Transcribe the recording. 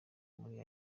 muri